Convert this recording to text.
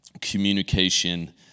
communication